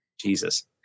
Jesus